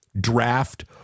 draft